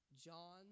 John